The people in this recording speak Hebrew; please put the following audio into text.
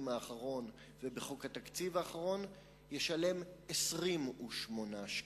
האחרון ובחוק התקציב האחרון ישלם 28 שקלים.